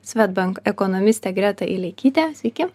swedbank ekonomistę gretą ilekytę sveiki